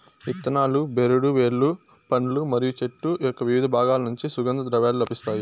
ఇత్తనాలు, బెరడు, వేర్లు, పండ్లు మరియు చెట్టు యొక్కవివిధ బాగాల నుంచి సుగంధ ద్రవ్యాలు లభిస్తాయి